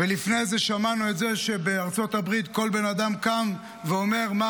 לפני זה שמענו את זה שבארצות הברית כל בן אדם קם ואומר: מה